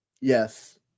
yes